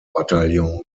bataillon